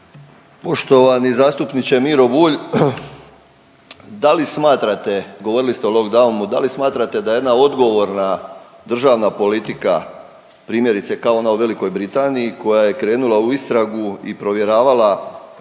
Poštovani zastupniče Miro Bulj, da li smatrate, govorili ste o lock downu, da li smatrate da jedna odgovorna državna politika primjerice kao ona u Velikoj Britaniji koja je krenula u istragu i provjeravala